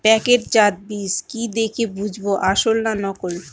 প্যাকেটজাত বীজ কি দেখে বুঝব আসল না নকল?